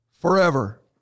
Forever